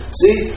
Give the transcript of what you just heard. see